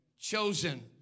chosen